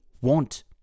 want